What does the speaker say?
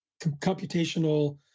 computational